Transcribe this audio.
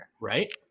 Right